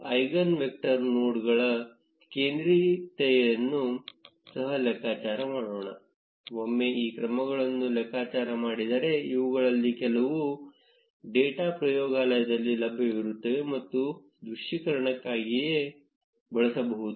eigen vector ನೋಡ್ಗಳ ಕೇಂದ್ರೀಯತೆಯನ್ನು ಸಹ ಲೆಕ್ಕಾಚಾರ ಮಾಡೋಣ ಒಮ್ಮೆ ಈ ಕ್ರಮಗಳನ್ನು ಲೆಕ್ಕಾಚಾರ ಮಾಡಿದರೆ ಇವುಗಳಲ್ಲಿ ಹಲವು ಡೇಟಾ ಪ್ರಯೋಗಾಲಯದಲ್ಲಿ ಲಭ್ಯವಿರುತ್ತವೆ ಮತ್ತು ದೃಶ್ಯೀಕರಣಕ್ಕಾಗಿಯೂ ಬಳಸಬಹುದು